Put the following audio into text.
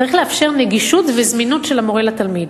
צריך לאפשר נגישות וזמינות של המורה לתלמיד,